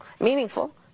meaningful